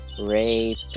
rape